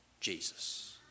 Jesus